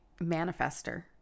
manifester